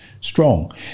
strong